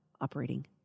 operating